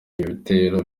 ibitero